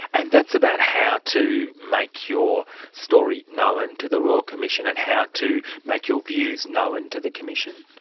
and that's about how to make your story known to the royal commission and how to make your views known to the commission?